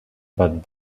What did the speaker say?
but